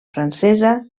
francesa